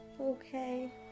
Okay